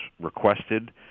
requested